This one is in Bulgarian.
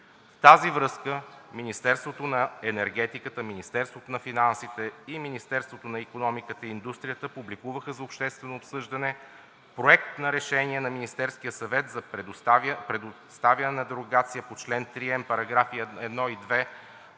В тази връзка Министерството на енергетиката, Министерството на финансите и Министерството на икономиката и индустрията публикуваха за обществено обсъждане Проект на решение на Министерския съвет за предоставяне дерогация по чл. 3м, параграфи 1 и 2